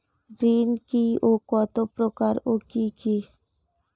ঋণ কি ও কত প্রকার ও কি কি?